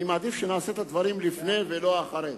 אני מעדיף שנעשה את הדברים לפני, ולא אחרי.